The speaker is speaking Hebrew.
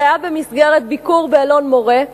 זה היה במסגרת ביקור באלון-מורה.